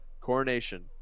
coronation